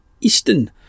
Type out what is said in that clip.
Easton